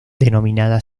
denominada